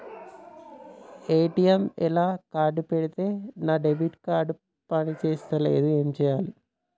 ATM లా card పెడితే నా డెబిట్ కార్డ్ పని చేస్తలేదు ఏం చేయాలే?